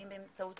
האם באמצעות